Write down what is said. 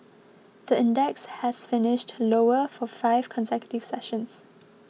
the index has finished lower for five consecutive sessions